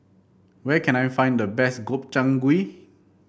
where can I find the best Gobchang Gui